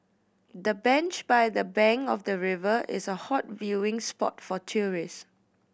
the bench by the bank of the river is a hot viewing spot for tourist